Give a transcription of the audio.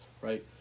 right